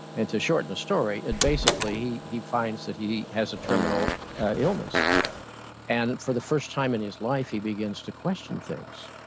and to shorten the story, it basically, he finds that he has a terminal illness and for the first time in his life, he begins to question things.